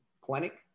clinic